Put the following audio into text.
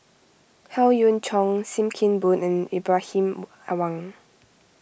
Howe Yoon Chong Sim Kee Boon and Ibrahim Awang